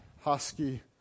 husky